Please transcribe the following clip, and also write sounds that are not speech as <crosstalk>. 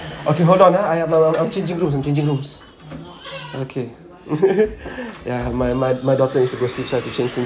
okay hold on ah I am um um um changing rooms I'm changing rooms okay <laughs> yeah my my my daughter is supposedly try to change room